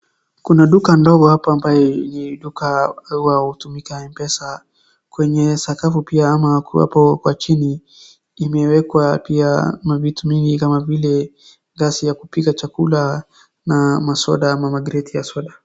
Kuna duka ndogo hapa ambaye ni duka huwa hutumika M-pesa. Kwenye sakafu pia ama hapo kwa chini imewekwa pia mavitu mingi kama vile, gasi ya kupika chakula na masoda ama makreti ya soda.